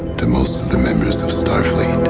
to most of the members of starfleet.